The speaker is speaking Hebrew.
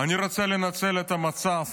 אני רוצה לנצל את המצב